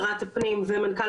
עבודת מטה סדורה,